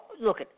look